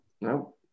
No